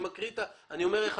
אני אומר מה הסיכום.